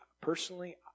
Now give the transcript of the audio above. personally